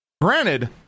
granted